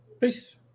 Peace